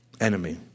enemy